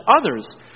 others